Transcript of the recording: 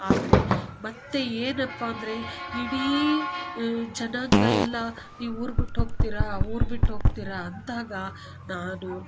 ಆದರೆ ಮತ್ತು ಏನಪ್ಪಾ ಅಂದರೆ ಇಡೀ ಜನಾಂಗ ಎಲ್ಲ ನೀವು ಊರು ಬಿಟ್ಟು ಹೋಗ್ತೀರಾ ಊರು ಬಿಟ್ಟು ಹೋಗ್ತೀರಾ ಅಂದಾಗ ನಾನು